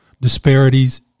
disparities